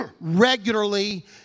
regularly